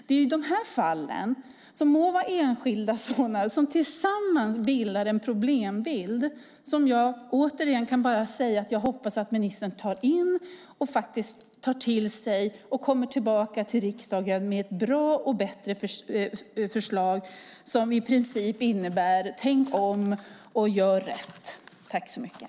Det är dessa fall, de må vara enskilda, som tillsammans utgör en problembild, och jag kan återigen bara säga att jag hoppas att ministern tar till sig detta och kommer tillbaka till riksdagen med ett bättre förslag som i princip innebär: Tänk om och gör rätt.